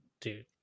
Dude